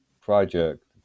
Project